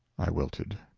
i wilted.